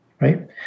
Right